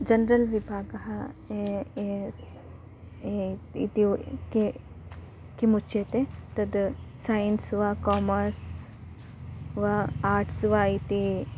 general विभागः ए ए ए इति के किमुच्यते तद् सैन्स् वा कामर्स् वा आट्स् वा इति